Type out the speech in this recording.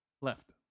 left